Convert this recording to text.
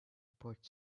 port